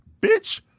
Bitch